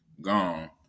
gone